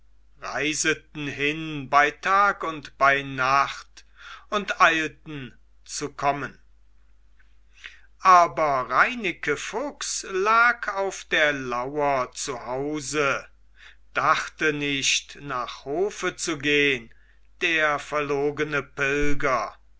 reiseten hin bei tag und bei nacht und eilten zu kommen aber reineke fuchs lag auf der lauer zu hause dachte nicht nach hofe zu gehn der verlogene pilger